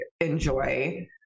enjoy